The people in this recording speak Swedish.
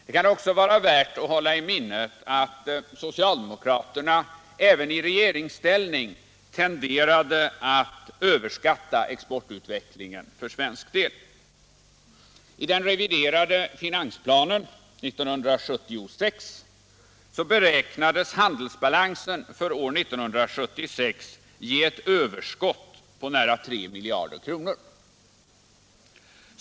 Det kan också vara värt att hålla i minnet att socialdemokraterna även i regeringsställning tenderade att överskatta exportutvecklingen för svensk del. I den reviderade finansplanen 1976 beräknades handelsbalansen för år 1976 ge ett överskott på nära 3 miljarder kronor.